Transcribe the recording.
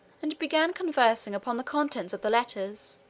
and began conversing upon the contents of the letters,